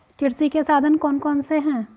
कृषि के साधन कौन कौन से हैं?